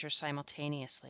simultaneously